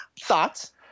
Thoughts